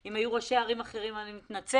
אבל אם היו ראשי ערים אחרים אני מתנצלת,